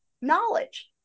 knowledge